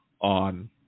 on